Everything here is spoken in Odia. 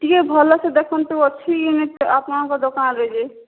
ଟିକିଏ ଭଲସେ ଦେଖନ୍ତୁ ଅଛି କି ନାହିଁ ଆପଣଙ୍କ ଦୋକାନରେ ଯେ